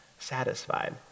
satisfied